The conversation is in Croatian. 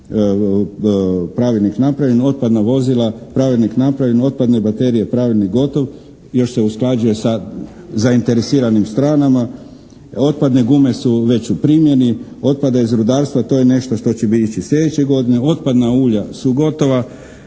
otpadna vozila pravilnik napravljen, otpadne baterije pravilnik gotovo, još se usklađuje sa zainteresiranim stranama. Otpadne gume su već u primjeni. Otpad iz rudarstva to je nešto što će ići slijedeće godine, otpadna ulja su gotova.